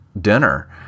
dinner